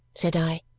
said i.